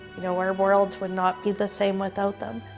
know, our um world would not be the same without them.